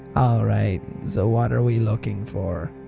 alright, so what are we looking for?